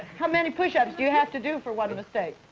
how many push-ups do you have to do for one mistake?